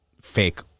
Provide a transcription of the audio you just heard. fake